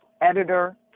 editor